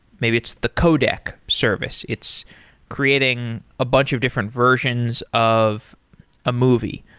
maybe it's the codec service. it's creating a bunch of different versions of a movie.